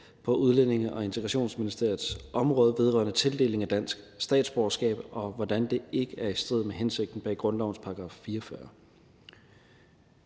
på Udlændinge- og Integrationsministeriets område vedrørende tildeling af dansk statsborgerskab, og hvordan det ikke er i strid med hensigten bag grundlovens § 44.